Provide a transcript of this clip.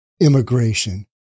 immigration